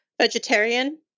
vegetarian